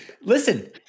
Listen –